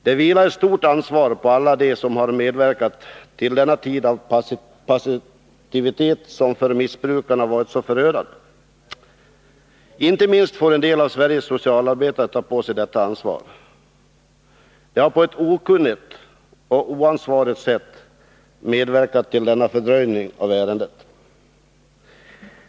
Det vilar ett stort ansvar på alla som medverkat till att detta blivit en tid av passivitet, som för missbrukarna varit så förödande. Inte minst får en del av Sveriges socialarbetare ta på sig detta ansvar, då de på ett okunnigt och oansvarigt sätt medverkat till fördröjningen av ärendet.